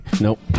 Nope